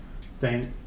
Thank